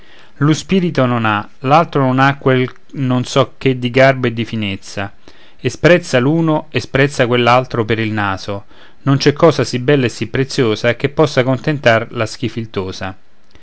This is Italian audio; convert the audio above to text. l'un spirito non ha l'altro non ha quel non so che di garbo e di finezza e sprezza l'uno e sprezza quell'altro per il naso non c'è cosa sì bella e sì preziosa che possa contentar la schifiltosa